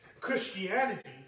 Christianity